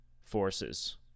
forces